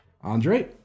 Andre